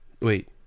Wait